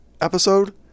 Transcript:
episode